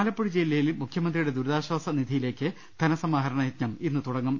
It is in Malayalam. ആലപ്പുഴ ജില്ലയിൽ മുഖ്യമന്ത്രിയുടെ ദുരിതാശ്ചാസ നിധിയി ലേക്ക് ധനസമാഹരണയജ്ഞം ഇന്ന് തുടങ്ങും